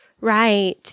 Right